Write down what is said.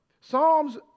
Psalms